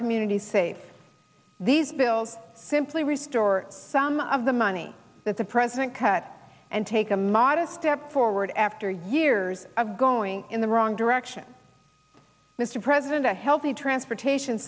communities safe these bills simply restore some of the money that the president cut and take a modest step forward after years of going in the wrong direction mr president a healthy transportation